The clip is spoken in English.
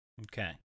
Okay